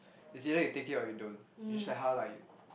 it's either you take it or you don't you just like how like you